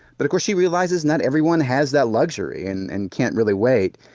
but, of course, she realizes not everyone has that luxury and and can't really wait.